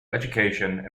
education